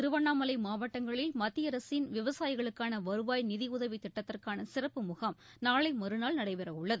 திருவண்ணாமலை மாவட்டங்களில் மத்திய அரசின் விவசாயிகளுக்கான வருவாய் நிதியுதவித் திட்டத்திற்கான சிறப்பு முகாம் நாளை மற்நாள் நடைபெறவுள்ளது